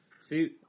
See